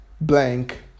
blank